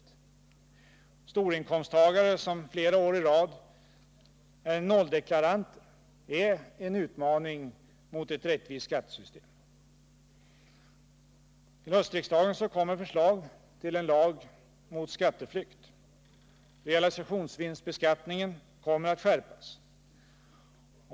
Att storinkomsttagare flera år i rad är nolldeklaranter är en utmaning mot ett rättvist skattesystem. Till höstens riksmöte kommer förslag till en lag mot skatteflykt. Realisationsvinstbeskattningen kommer att skärpas.